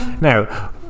now